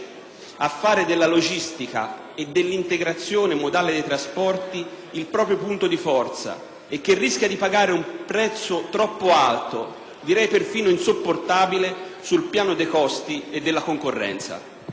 a fare della logistica e dell'integrazione modale dei trasporti il proprio punto di forza e che rischia di pagare un prezzo troppo alto, direi perfino insopportabile, sul piano dei costi e della concorrenza.